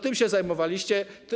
Tym się zajmowaliście.